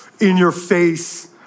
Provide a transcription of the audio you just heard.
in-your-face